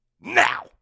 Now